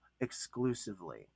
exclusively